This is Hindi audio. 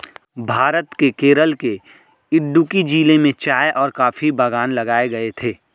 भारत के केरल के इडुक्की जिले में चाय और कॉफी बागान लगाए गए थे